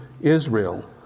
Israel